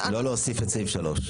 לא להוסיף את סעיף (3).